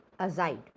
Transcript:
azide